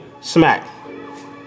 smack